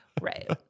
Right